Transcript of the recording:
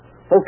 Okay